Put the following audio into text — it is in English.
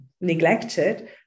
neglected